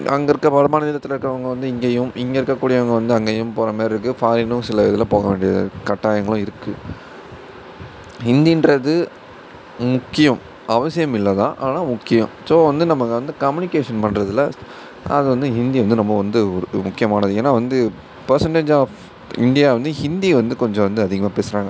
அங்கே இருக்க வடமாநிலத்தில் இருக்கிறவங்க வந்து இங்கேயும் இங்கே இருக்கக்கூடியவங்க அங்கேயும் போகிற மாரி இருக்குது ஃபாரினும் சில இதில் போகவேண்டிய கட்டாயங்களும் இருக்குது ஹிந்தின்றது முக்கியம் அவசியம் இல்லை தான் ஆனால் முக்கியம் ஸோ வந்து நம்ம வந்து கம்யூனிகேஷன் பண்ணுறதுல அது வந்து ஹிந்தி வந்து நொம்ப வந்து ஒரு முக்கியமானது ஏன்னா வந்து பர்சண்ட்டேஜ் ஆஃப் இந்தியா வந்து ஹிந்தியை வந்து கொஞ்சம் வந்து அதிகமாக பேசுகிறாங்க